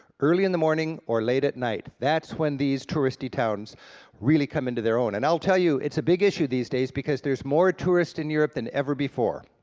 early in the morning or late at night. that's when these touristy towns really come into their own, and i'll tell you, it's a big issue these days because there's more tourists in europe than ever before.